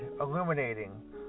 illuminating